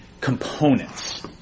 components